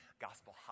gospel